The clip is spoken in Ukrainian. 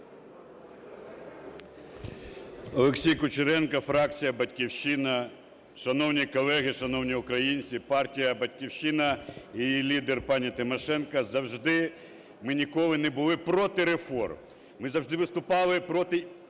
Олексій Кучеренко, фракція "Батьківщина". Шановні колеги, шановні українці, партія "Батьківщина" і її лідер пані Тимошенко завжди, ми ніколи не були проти реформ, ми завжди виступали проти